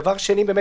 דבר